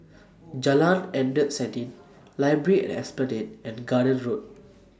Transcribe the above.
Jalan Endut Senin Library At Esplanade and Garden Road